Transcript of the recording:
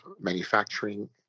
manufacturing